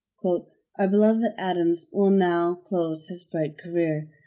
our beloved adams will now close his bright career,